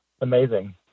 amazing